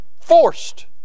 forced